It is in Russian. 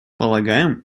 полагаем